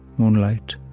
moonlight,